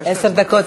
עשר דקות?